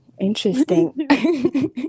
interesting